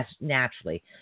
naturally